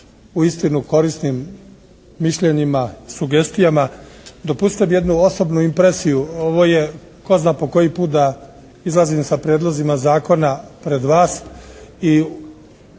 uistinu korisnim mišljenjima, sugestijama. Dopustite mi jednu osobnu impresiju. Ovo je tko zna po koji put da izlazim sa prijedlozima zakona pred vas